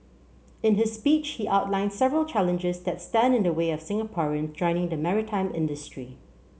in his speech he outlined several challenges that stand in the way of Singaporean joining the maritime industry